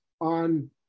on